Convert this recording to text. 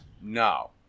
no